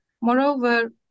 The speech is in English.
Moreover